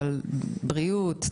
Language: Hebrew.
אבל בריאות,